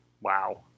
Wow